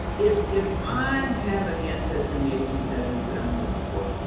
if if i have an ancestor in the eighteen seventy s that i'm looking for,